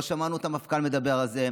לא שמענו את המפכ"ל מדבר על זה,